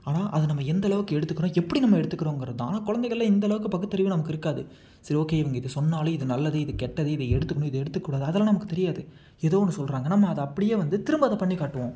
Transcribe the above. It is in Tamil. ஆனால் அது நம்ம எந்தளவுக்கு எடுத்துக்கிறோம் எப்படி நம்ம எடுத்துக்கிறோங்குறதுதான் ஆனால் குழந்தைங்கள்ல இந்தளவுக்கு பகுத்தறிவு நமக்கு இருக்காது சரி ஓகே இவங்க இதை சொன்னாலும் இது நல்லது இது கெட்டது இது எடுத்துக்கணும் இது எடுத்துக்கக்கூடாது அதெல்லாம் நமக்கு தெரியாது எதோ ஒன்று சொல்கிறாங்க நம்ம அதை அப்படியே வந்து திரும்ப அதை பண்ணிக்காட்டுவோம்